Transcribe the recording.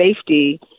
safety